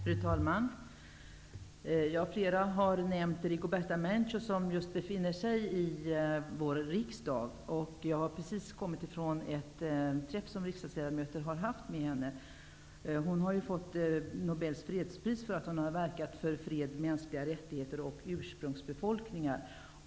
Fru talman! Flera ledamöter har här i dag nämnt Rigoberta Menchú, som just nu befinner sig i vår riksdag. Jag har precis kommit från en träff som vi riksdagsledamöter har haft med henne. Rigoberta Menchú har ju fått Nobels fredspris för att hon har verkat för fred, mänskliga rättigheter och ursprungsbefolkningar.